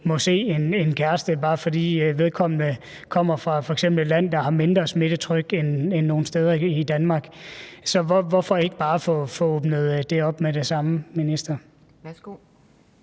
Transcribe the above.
må se en kæreste, bare fordi vedkommende kommer fra et andet land, hvis det land f.eks. har mindre smittetryk end nogle steder i Danmark. Så hvorfor ikke bare få åbnet det op med det samme, minister? Kl.